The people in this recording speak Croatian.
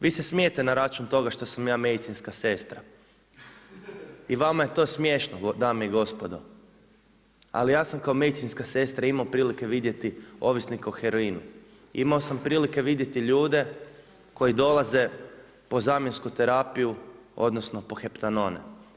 Vi se smijete na račun toga što sam ja medicinska sestra i vama je to smiješno dame i gospodo, ali ja sam kao medicinska sestra imao prilike vidjeti ovisnike o heroinu, imao sam prilike vidjeti ljude koji dolaze po zamjensku terapiju odnosno po heptanone.